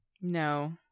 No